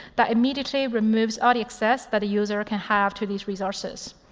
that immediately removes all the access that a user can have to these resources.